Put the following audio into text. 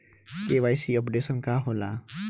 KYC updation का होला?